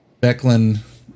Becklin